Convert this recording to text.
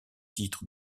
titre